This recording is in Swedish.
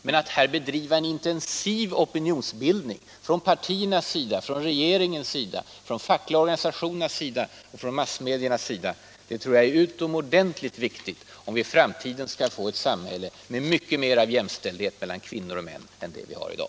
Men att här bedriva en intensiv opinionsbildning från partiernas, regeringens, de fackliga organisationernas och massmedias sida tror jag är utomordentligt viktigt, om vi i framtiden skall få ett samhälle med mycket mer jämställdhet mellan kvinnor och män än vi har i dag.